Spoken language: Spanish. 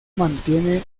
mantiene